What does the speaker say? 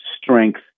strength